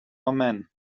omen